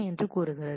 என்று கூறுகிறது